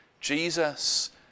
Jesus